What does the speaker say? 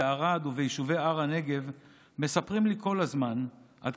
בערד וביישובי הר הנגב מספרים לי כל הזמן עד